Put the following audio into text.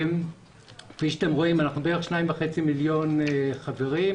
כפי שאתם רואים, אנחנו בערך 2.5 מיליון חברים.